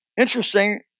Interesting